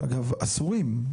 שאגב, אסורים.